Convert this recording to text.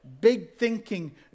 big-thinking